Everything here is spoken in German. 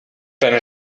deine